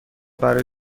برای